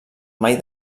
mai